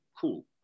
cool